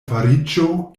fariĝo